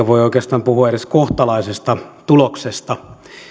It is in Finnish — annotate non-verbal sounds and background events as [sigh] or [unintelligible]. [unintelligible] voi oikeastaan puhua edes kohtalaisesta tuloksesta